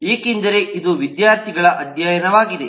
ಏಕೆಂದರೆ ಇದು ವಿದ್ಯಾರ್ಥಿಗಳ ಅಧ್ಯಯನವಾಗಿದೆ